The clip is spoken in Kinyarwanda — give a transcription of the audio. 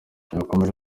yakomeje